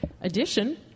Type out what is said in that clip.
edition